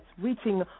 reaching